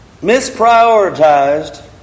misprioritized